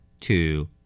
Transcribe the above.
two